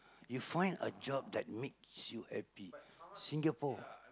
you find a job that makes you happy Singapore